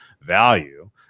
value